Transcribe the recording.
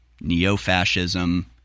neo-fascism